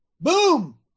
Boom